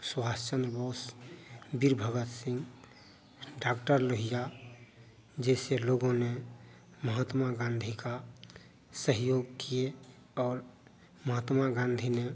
सुभाष चंद्र बोस वीर भगत सिंह डाक्टर लोहिया जैसे लोगों ने महात्मा गाँधी का सहयोग किए और महात्मा गाँधी ने